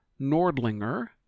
nordlinger